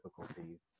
difficulties